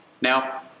Now